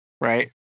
right